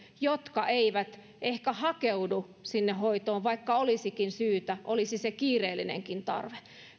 jotka eivät ehkä hakeudu sinne hoitoon vaikka olisikin syytä ja olisi se kiireellinenkin tarve